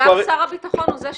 אגב, שר הביטחון הוא זה שיחליט.